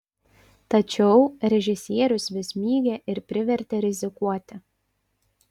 tačiau režisierius vis mygė ir privertė rizikuoti